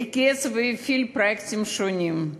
ריכז והפעיל פרויקטים שונים,